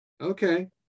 Okay